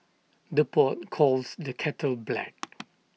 the pot calls the kettle black